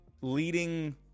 leading